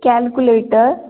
calculator